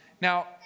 Now